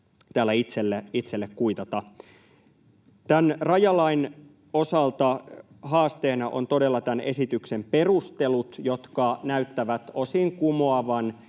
täällä itselle kuitata. Tämän rajalain osalta haasteena on todella tämän esityksen perustelut, jotka näyttävät osin kumoavan